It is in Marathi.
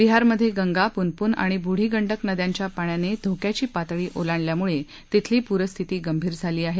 बिहारमध्ये गंगा पुनपुन आणि बूढ़ी गंडक नद्यांच्या पाण्याने धोक्याची पातळी ओलांडल्यामुळे तिथली पूरस्थिती गंभीर झाली आहे